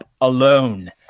alone